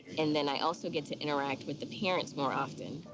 and then i also get to interact with the parents more often.